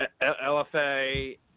LFA